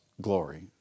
glory